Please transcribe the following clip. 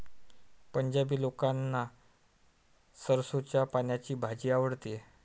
पंजाबी लोकांना सरसोंच्या पानांची भाजी आवडते